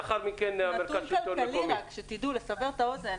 נתון כלכלי, רק לסבר את האוזן.